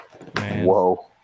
Whoa